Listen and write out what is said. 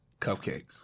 cupcakes